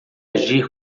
agir